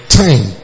time